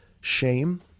shame